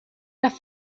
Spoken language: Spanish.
las